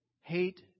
hate